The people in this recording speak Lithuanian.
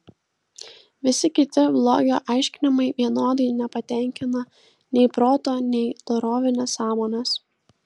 visi kiti blogio aiškinimai vienodai nepatenkina nei proto nei dorovinės sąmonės